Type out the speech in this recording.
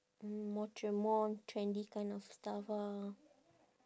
more tre~ more trendy kind of stuff ah